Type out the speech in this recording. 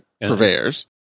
purveyors